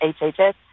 HHS